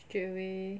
straight away